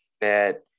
fit